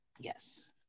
Yes